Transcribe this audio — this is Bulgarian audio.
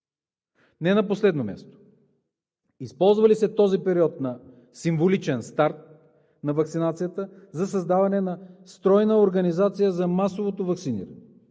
Не на последно място, използва ли се този период на символичен старт на ваксинацията за създаване на стройна организация за масовото ваксиниране?